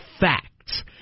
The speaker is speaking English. facts